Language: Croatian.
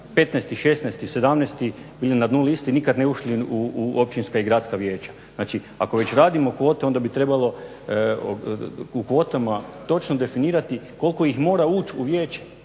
sedamnaesti ili na dnu liste, nikad ne ušli u općinska i gradska vijeća. Znači, ako već radimo kvote onda bi trebalo u kvotama točno definirati koliko ih mora ući u vijeće.